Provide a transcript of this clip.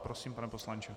Prosím, pane poslanče.